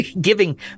giving